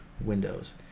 Windows